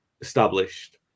established